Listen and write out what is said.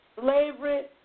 slavery